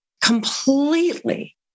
Completely